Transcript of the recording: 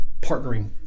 partnering